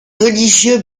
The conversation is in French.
religieux